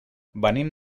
venim